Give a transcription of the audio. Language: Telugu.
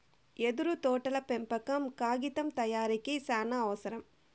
యెదురు తోటల పెంపకం కాగితం తయారీకి సానావసరం